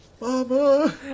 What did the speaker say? mama